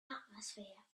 atmosphere